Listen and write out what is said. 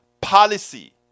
policy